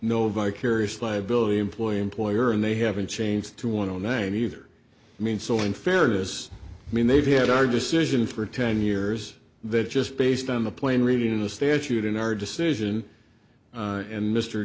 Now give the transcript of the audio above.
no vicarious liability employee employer and they haven't changed to want to name either i mean so in fairness i mean they've had our decision for ten years that just based on the plain reading of the statute in our decision